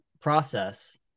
process